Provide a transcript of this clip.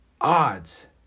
odds